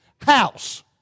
house